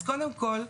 אז קודם כול,